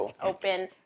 open